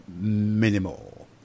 minimal